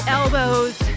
elbows